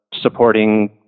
supporting